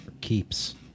Keeps